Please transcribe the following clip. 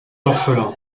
l’orphelin